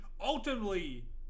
ultimately